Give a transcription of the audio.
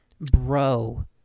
Bro